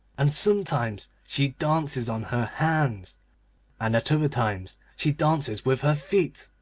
and sometimes she dances on her hands and at other times she dances with her feet.